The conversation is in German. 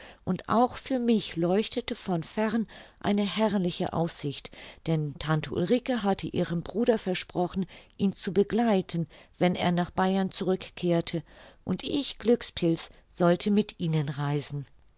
und auch für mich leuchtete von fern eine herrliche aussicht denn tante ulrike hatte ihrem bruder versprochen ihn zu begleiten wenn er nach bayern zurück kehrte und ich glückspilz sollte mit ihnen reisen